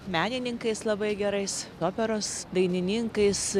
menininkais labai gerais operos dainininkais